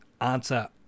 answer